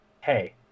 hey